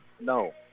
No